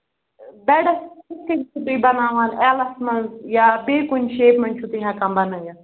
beds کِتھٕ کٔنۍ چھِو تُہۍ بَناوان ایلَس منٛز یا بیٚیہِ کُنہِ شیپہِ منٛز چھِو تُہۍ ہیٚکان بَنٲوِتھ